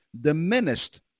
diminished